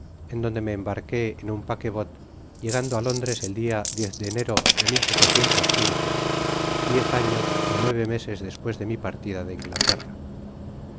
en donde me embarqué en un paquebot llegando á londres el dia de enero de diez años y nuevo meses despues de mi pai tida de inglaterra